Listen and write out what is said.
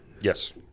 Yes